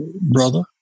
brother